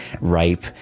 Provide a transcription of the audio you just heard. ripe